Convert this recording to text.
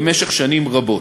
במשך שנים רבות.